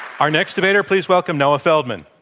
our next debater, please welcome noah feldman.